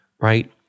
Right